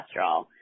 cholesterol